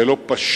זה לא פשוט,